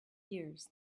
years